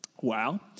Wow